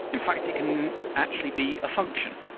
in fact, it can actually be a function.